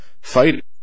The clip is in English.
fight